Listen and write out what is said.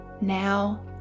Now